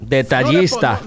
detallista